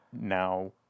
Now